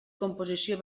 composició